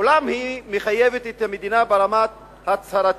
אולם היא מחייבת את המדינה ברמה ההצהרתית